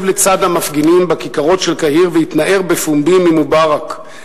לצד המפגינים בכיכרות של קהיר והתנער בפומבי ממובארק.